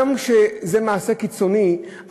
גם כשזה מעשה קיצוני,